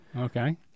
Okay